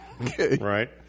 Right